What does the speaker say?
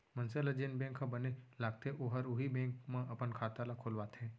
मनसे ल जेन बेंक ह बने लागथे ओहर उहीं बेंक म अपन खाता ल खोलवाथे